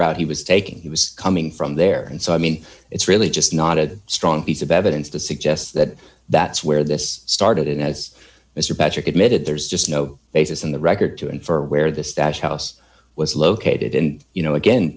route he was taking he was coming from there and so i mean it's really just not a strong piece of evidence to suggest that that's where this started and as mr patrick admitted there's just no basis in the record to infer where this stash house was located and you know again